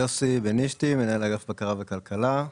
יוסי בנישתי, מנהל אגף בקרה וכלכלה.